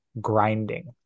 grinding